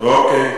לא לזה.